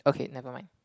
okay nevermind